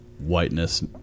whiteness